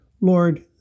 Lord